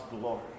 glory